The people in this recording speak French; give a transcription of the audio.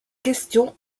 question